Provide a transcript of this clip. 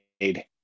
made